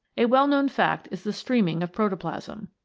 a well-known fact is the streaming of protoplasm.